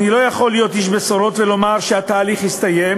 אני לא יכול להיות איש בשורות ולומר שהתהליך הסתיים.